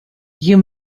you